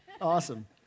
Awesome